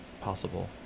possible